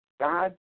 God